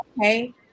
Okay